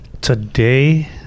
today